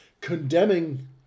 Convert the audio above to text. condemning